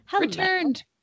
Returned